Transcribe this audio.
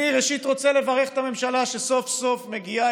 ראשית אני רוצה לברך את הממשלה שסוף-סוף מגיעה